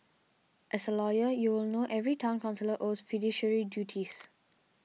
as a lawyer you will know every Town Councillor owes fiduciary duties